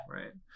right